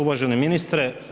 Uvaženi ministre.